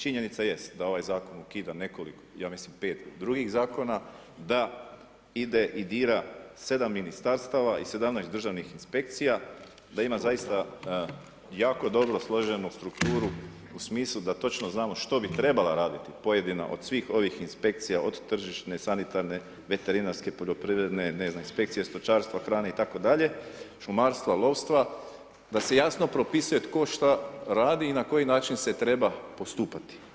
Činjenica jest, da ovaj Zakon ukida nekoliko, ja mislim pet drugih zakona, da ide i dira 7 Ministarstva i 17 državnih inspekcija, da ima zaista jako dobro složenu strukturu u smislu da točno znamo što bi točno trebala raditi pojedina od svih ovih inspekcija, od tržišne, sanitarne, veterinarske, poljoprivredne, ne znam, inspekcija stočarstva, hrane i tako dalje, šumarstva, lovstva, da se jasno propisuje tko što radi i na koji način se treba postupati.